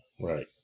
Right